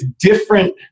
different